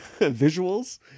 visuals